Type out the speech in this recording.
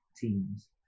teams